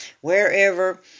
wherever